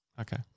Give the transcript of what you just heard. Okay